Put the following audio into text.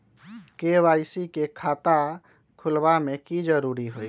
KYC के खाता खुलवा में की जरूरी होई?